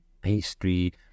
pastry